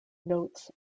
notes